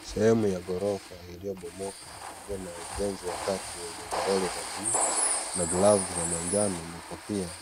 Sehemu ya ghorofa iliyobomoka iliyo na wajenzi watatu wenye ovaroli za buluu na glavu za manjano na kofia,